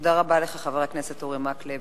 תודה רבה לך, חבר הכנסת אורי מקלב.